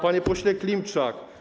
Panie Pośle Klimczak!